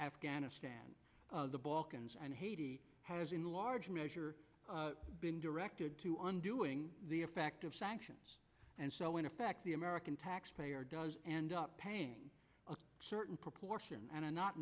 afghanistan the balkans and haiti has in large measure been directed to on doing the effect of sanctions and so in effect the american taxpayer does end up paying a certain proportion and are not